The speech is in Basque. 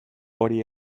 hori